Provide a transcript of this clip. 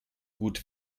gut